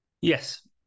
Yes